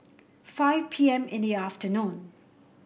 five P M in the afternoon